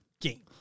game